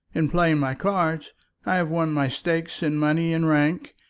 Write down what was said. in playing my cards i have won my stakes in money and rank,